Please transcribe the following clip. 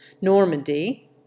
Normandy